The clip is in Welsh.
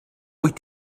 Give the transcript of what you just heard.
wyt